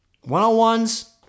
one-on-ones